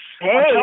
Hey